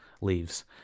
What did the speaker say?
leaves